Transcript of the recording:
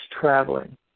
traveling